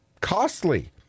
costly